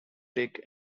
take